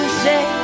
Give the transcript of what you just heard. say